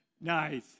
Nice